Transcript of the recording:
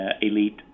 elite